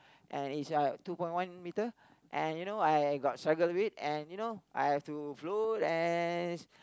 and it's like two point one meter and you know I got struggle a bit and you know I have to float and